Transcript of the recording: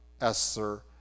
Esther